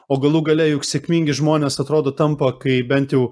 o galų gale juk sėkmingi žmonės atrodo tampa kai bent jau